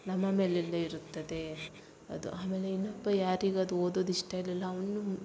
ನಮ್ಮ ಮೇಲೆ ಎಲ್ಲ ಇರುತ್ತದೆ ಅದು ಆಮೇಲೆ ಇನ್ನೊಬ್ಬ ಯಾರಿಗದು ಓದೋದು ಇಷ್ಟ ಇರಲಿಲ್ಲ ಅವನು